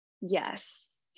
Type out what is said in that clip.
Yes